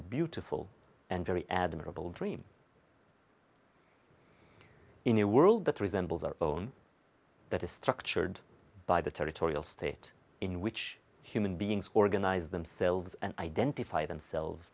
a beautiful and very admirable dream in a world that resembles our own that is structured by the territorial state in which human beings organize themselves and identify themselves